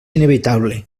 inevitable